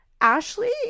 Ashley